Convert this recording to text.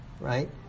right